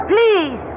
Please